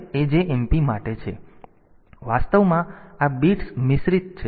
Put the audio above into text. તેથી વાસ્તવમાં આ બિટ્સ વાસ્તવમાં મિશ્રિત છે